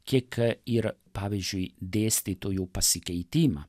kiek ir pavyzdžiui dėstytojų pasikeitimą